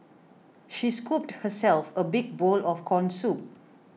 she scooped herself a big bowl of Corn Soup